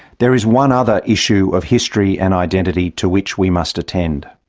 there is one other issue of history and identity to which we must attend.